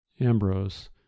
Ambrose